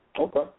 Okay